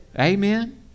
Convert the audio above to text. amen